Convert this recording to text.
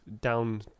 down